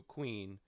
Queen